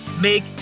make